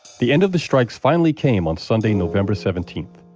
the end of the strikes finally came on sunday, november seventeen.